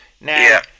Now